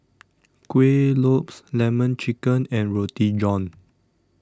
Kueh Lopes Lemon Chicken and Roti John